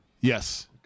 Yes